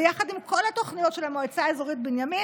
ביחד עם כל התוכניות של המועצה האזורית בנימין,